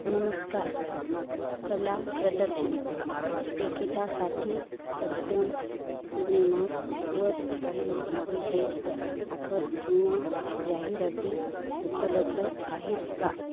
नमस्कार कला प्रदर्शन तिकिटासाठी सत्यम सिनेमासवर काही विशेष ऑफर किंवा जाहिराती उपलब्ध आहेत का